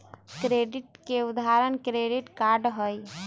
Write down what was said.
credit के उदाहरण credit card हई